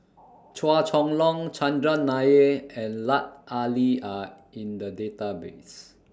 Chua Chong Long Chandran Nair and Lut Ali Are in The Database